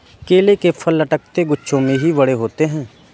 केले के फल लटकते गुच्छों में ही बड़े होते है